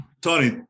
Tony